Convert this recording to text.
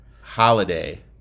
Holiday